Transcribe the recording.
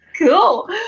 Cool